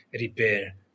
repair